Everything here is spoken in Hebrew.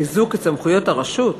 חיזוק את סמכויות הרשות?